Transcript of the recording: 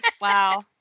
Wow